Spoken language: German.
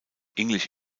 english